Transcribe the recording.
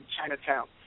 Chinatown